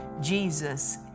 Jesus